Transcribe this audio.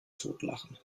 totlachen